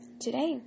today